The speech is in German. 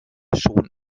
schon